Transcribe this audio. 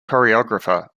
choreographer